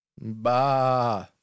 Bah